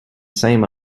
same